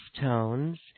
tones